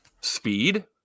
speed